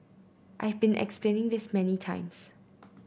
I have been explaining this many times